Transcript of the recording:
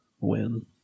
win